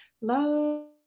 love